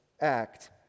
act